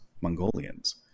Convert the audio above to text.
mongolians